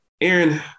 Aaron